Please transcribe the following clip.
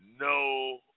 no